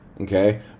Okay